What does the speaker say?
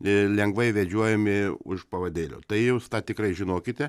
lengvai vedžiojami už pavadėlio tai jūs tą tikrai žinokite